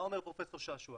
מה אומר פרופ' שעשוע?